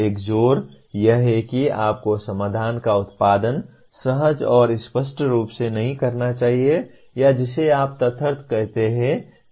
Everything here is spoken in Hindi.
एक जोर यह है कि आपको समाधान का उत्पादन सहज और स्पष्ट रूप से नहीं करना चाहिए या जिसे आप तदर्थ कहते हैं